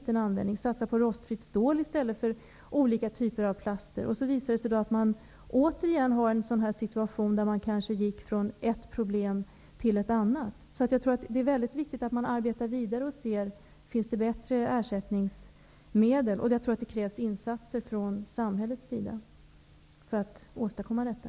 Man har kunnat satsa på rostfritt stål i stället för olika typer av plaster, och så visar det sig att man återigen har hamnat i situationen att man gått från ett problem till ett annat. Det är därför viktigt att man arbetar vidare och ser om det finns bättre ersättningsmedel, och jag tror att det krävs insatser från samhällets sida för att åstadkomma detta.